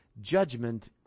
judgment